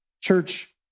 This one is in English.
Church